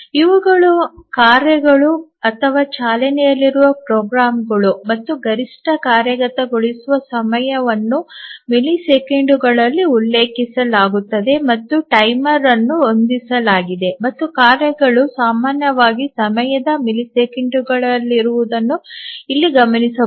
ಇವುಗಳು ಕಾರ್ಯಗಳು ಅಥವಾ ಚಾಲನೆಯಲ್ಲಿರುವ ಪ್ರೋಗ್ರಾಂಗಳು ಮತ್ತು ಗರಿಷ್ಠ ಕಾರ್ಯಗತಗೊಳಿಸುವ ಸಮಯವನ್ನು ಮಿಲಿಸೆಕೆಂಡುಗಳಲ್ಲಿ ಉಲ್ಲೇಖಿಸಲಾಗುತ್ತದೆ ಮತ್ತು ಟೈಮರ್ ಅನ್ನು ಹೊಂದಿಸಲಾಗಿದೆ ಮತ್ತು ಕಾರ್ಯಗಳು ಸಾಮಾನ್ಯವಾಗಿ ಸಮಯವು ಮಿಲಿಸೆಕೆಂಡುಗಳಲ್ಲಿರುವುದನ್ನು ಇಲ್ಲಿ ಗಮನಿಸಬಹುದು